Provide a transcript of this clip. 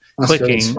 clicking